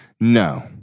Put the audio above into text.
No